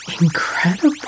Incredible